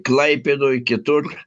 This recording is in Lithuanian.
klaipėdoj kitur